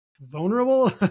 vulnerable